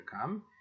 come